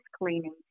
cleaning